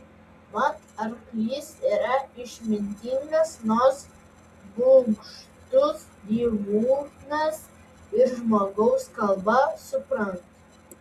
mat arklys yra išmintingas nors bugštus gyvūnas ir žmogaus kalbą supranta